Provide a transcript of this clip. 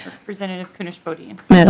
representative kunesh-podein mme. and